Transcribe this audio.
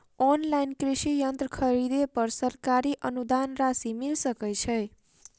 Online कृषि यंत्र खरीदे पर सरकारी अनुदान राशि मिल सकै छैय?